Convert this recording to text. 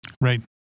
Right